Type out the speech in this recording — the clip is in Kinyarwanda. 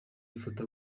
ifoto